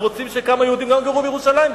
אנחנו רוצים שכמה יהודים גם יגורו בירושלים,